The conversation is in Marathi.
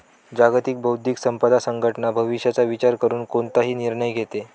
जागतिक बौद्धिक संपदा संघटना भविष्याचा विचार करून कोणताही निर्णय घेते